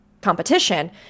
competition